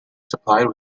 supplied